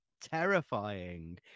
terrifying